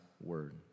word